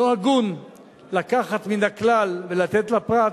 לא הגון לקחת מן הכלל ולתת לפרט,